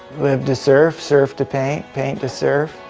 live to surf, surf to paint, paint to surf.